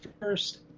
first